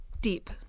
deep